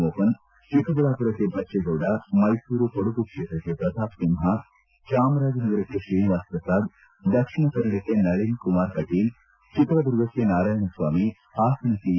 ಮೋಪನ್ ಚಿಕ್ಕಬಳ್ಳಾಪುರಕ್ಕೆ ಬಜ್ಜೇಗೌಡ ಮೈಸೂರು ಕೊಡಗು ಕ್ಷೇತ್ರಕ್ಕೆ ಪ್ರತಾಪ್ ಸಿಂಹ ಚಾಮರಾಜನಗರಕ್ಕೆ ಶ್ರೀನಿವಾಸ ಪ್ರಸಾದ್ ದಕ್ಷಿಣ ಕನ್ನಡಕ್ಕೆ ನಳಿನ್ ಕುಮಾರ್ ಕಟೀಲ್ ಚಿತ್ರದುರ್ಗಕ್ಕೆ ನಾರಾಯಣಸ್ವಾಮಿ ಪಾಸನಕ್ಕೆ ಎ